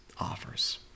offers